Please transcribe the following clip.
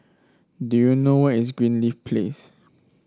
do you know where is Greenleaf Place